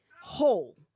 whole